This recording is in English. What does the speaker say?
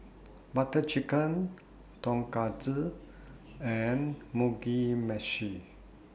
Butter Chicken Tonkatsu and Mugi Meshi